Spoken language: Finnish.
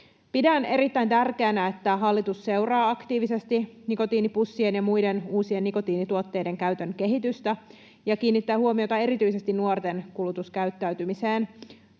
Pidän erittäin tärkeänä, että hallitus seuraa aktiivisesti nikotiinipussien ja muiden uusien nikotiinituotteiden käytön kehitystä ja kiinnittää huomiota erityisesti nuorten kulutuskäyttäytymiseen.